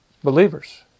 believers